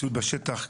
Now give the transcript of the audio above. במציאות בשטח,